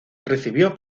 recibió